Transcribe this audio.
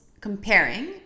comparing